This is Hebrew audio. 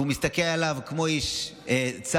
והוא מסתכל עליו כמו איש צה"ל,